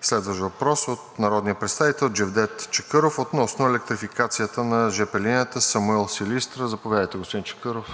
следващ въпрос – от народния представител Джевдет Чакъров относно електрификацията на жп линията Самуил – Силистра. Заповядайте, господин Чакъров.